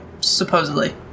Supposedly